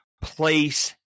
place